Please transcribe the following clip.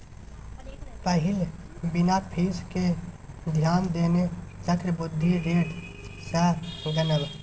पहिल बिना फीस केँ ध्यान देने चक्रबृद्धि रेट सँ गनब